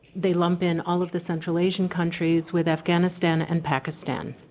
they lump in all of the central asian countries with afghanistan and pakistan